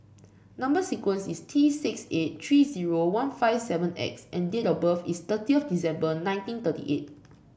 number sequence is T six eight three zero one five seven X and date of birth is thirty of December nineteen thirty eight